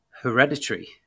Hereditary